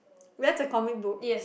where's the comic book